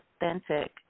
authentic